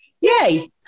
Yay